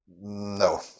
No